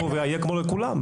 שהמועד הקובע יהיה כמו לכולם.